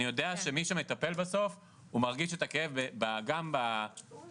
אני יודע שמי שמטפל בסוף מרגיש את הכאב גם בתלוש